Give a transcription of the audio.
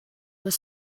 were